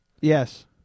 yes